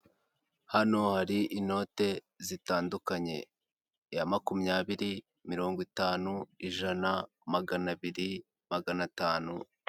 Hano hari inote zitandukanye iya makumyabiri, mirongo itanu, ijana, maganabiri, maganatanu.